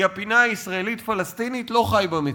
הפינה הישראלית-פלסטינית לא חי במציאות.